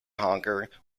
honker